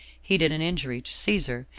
he did an injury to caesar,